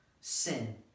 sin